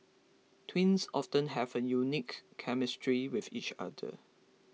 twins often have an unique chemistry with each other